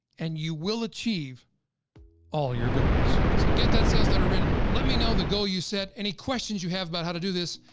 and you will achieve all your goals. so get that sales that are written. let me know the goal you set, any questions you have about how to do this,